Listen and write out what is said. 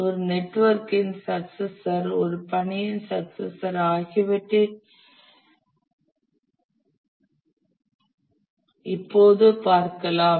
ஒரு நெட்வொர்க்கின் சக்சசர் ஒரு பணியின் சக்சசர் ஆகியவற்றை இப்போது பார்க்கலாம்